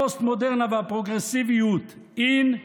הפוסט-מודרנה והפרוגרסיביות in.